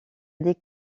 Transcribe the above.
des